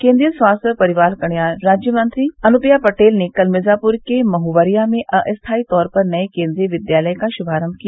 केन्द्रीय स्वास्थ्य और परिवार कल्याण राज्य मंत्री अनुप्रिया पटेल ने कल मिर्जापुर के महुवरियां में अस्थाई तौर पर नये केन्द्रीय विद्यालय का शुभारम्भ किया